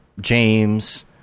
James